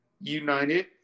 United